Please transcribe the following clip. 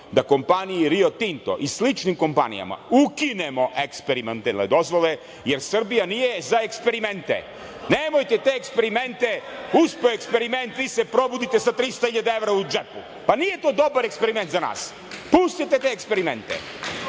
da kompaniji "Rio Tinto" i sličnim kompanijama ukinemo eksperimentalne dozvole jer Srbija nije za eksperimente. Nemojte te eksperimente, uspeo eksperiment, vi se probudite sa 300 hiljada evra u džepu. Pa, nije to dobar eksperiment za nas. Pustite te eksperimente. Dakle,